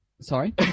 Sorry